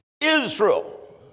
Israel